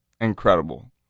incredible